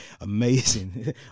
amazing